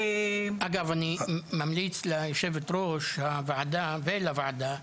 אגב, אני ממליץ ליו"ר הוועדה ולוועדה,